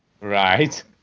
Right